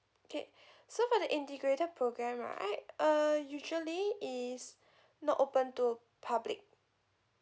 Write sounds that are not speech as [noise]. okay [breath] so for the integrated programme right uh usually is [breath] not open to public